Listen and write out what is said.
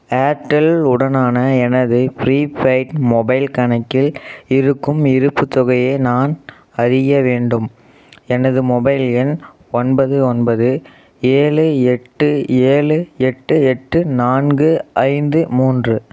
Airtel உடனான எனது prepaid mobile கணக்கில் இருக்கும் இருப்புத் தொகையை நான் அறிய வேண்டும் எனது மொபைல் எண் ஒன்பது ஒன்பது ஏழு எட்டு ஏழு எட்டு எட்டு நான்கு ஐந்து மூன்று